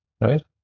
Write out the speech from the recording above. right